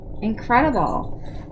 Incredible